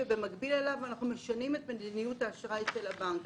אנחנו משנים את מדיניות האשראי של הבנק.